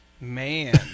Man